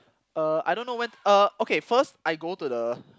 uh I don't know when uh okay first I go to the